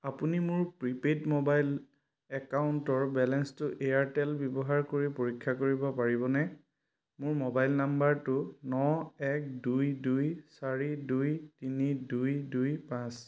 আপুনি মোৰ prepaid mobile একাউণ্টৰ বেলেন্সটো এয়াৰটেল ব্যৱহাৰ কৰি পৰীক্ষা কৰিব পাৰিবনে মোৰ মোবাইল নাম্বাৰটো ন এক দুই দুই চাৰি দুই তিনি দুই দুই পাঁচ